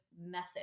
method